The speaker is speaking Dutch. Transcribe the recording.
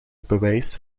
bewijs